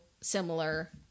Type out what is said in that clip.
similar